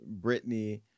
Britney